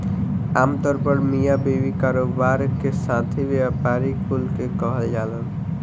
आमतौर पर मिया बीवी, कारोबार के साथी, व्यापारी कुल के कहल जालन